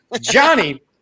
Johnny